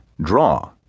draw